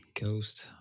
Ghost